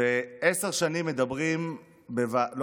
עשר שנים מדברים על נושא המטפלות,